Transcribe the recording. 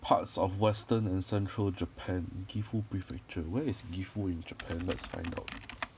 parts of western and central japan gifu prefecture where is gifu in japan let's find out